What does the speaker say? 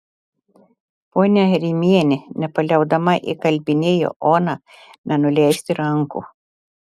ponia rimienė nepaliaudama įkalbinėjo oną nenuleisti rankų